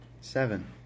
Seven